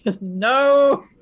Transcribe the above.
no